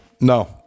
no